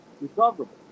recoverable